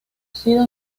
sido